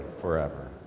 forever